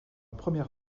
première